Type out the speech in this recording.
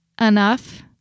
enough